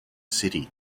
city